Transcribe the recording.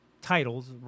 titles